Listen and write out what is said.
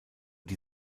die